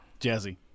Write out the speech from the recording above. Jazzy